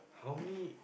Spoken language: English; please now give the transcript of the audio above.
how many